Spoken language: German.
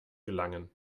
gelangen